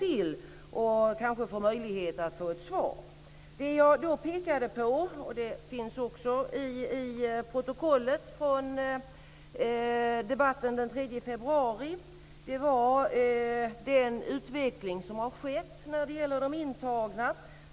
Kanske har jag då möjlighet att få ett svar. Det jag då pekade på - det finns också i protokollet från debatten den 3 februari - var den utveckling som har skett när det gäller de intagna.